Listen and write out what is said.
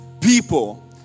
people